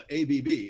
ABB